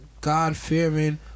god-fearing